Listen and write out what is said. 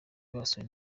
basuwe